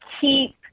keep